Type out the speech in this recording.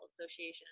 Association